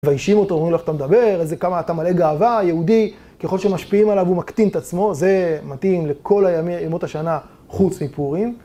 מביישים אותו, אומרים לו, איך אתה מדבר, כמה אתה מלא גאווה, יהודי, ככל שמשפיעים עליו הוא מקטין את עצמו, זה מתאים לכל ימות השנה, חוץ מפורים.